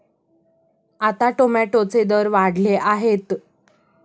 आता टोमॅटोचे दर वाढले आहेत